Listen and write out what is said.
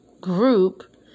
group